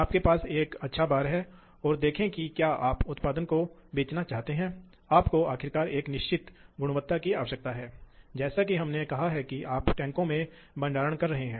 आपके पास एक ब्लॉक स्किप हो सकता है इसलिए यदि आपके पास वह ब्लॉक स्किप है तो उस विशेष ब्लॉक को अनदेखा किया जाता है